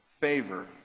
favor